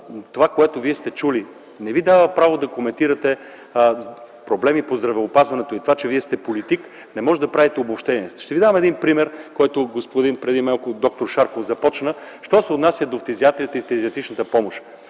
това, което Вие сте чули, не Ви дава право да коментирате проблеми по здравеопазването и това, че сте политик, не може да правите обобщения. Ще Ви дам един пример, с който преди малко д-р Шарков започна. Що се отнася до фтизиатрията и фтизиатричната помощ,